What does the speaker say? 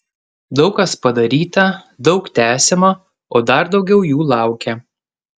daug kas padaryta daug tęsiama o dar daugiau jų laukia